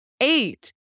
eight